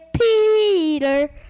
Peter